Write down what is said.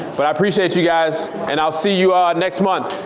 but i appreciate you guys and i'll see you next month.